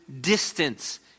distance